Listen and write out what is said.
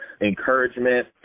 encouragement